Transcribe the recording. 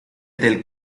del